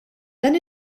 dan